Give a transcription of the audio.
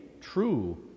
true